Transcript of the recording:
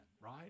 right